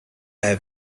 have